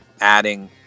adding